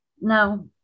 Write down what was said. Now